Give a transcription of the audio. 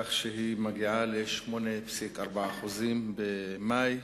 כך שהיא מגיעה ל-8.4% במאי,